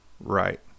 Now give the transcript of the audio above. right